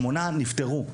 שמונה מהם נפטרו.